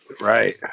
Right